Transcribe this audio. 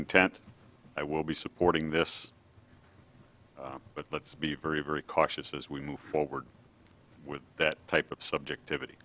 intent i will be supporting this but let's be very very cautious as we move forward with that type of subjectivity